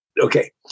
Okay